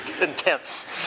intense